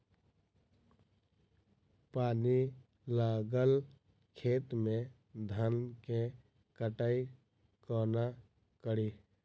पानि लागल खेत मे धान केँ कटाई कोना कड़ी?